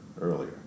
earlier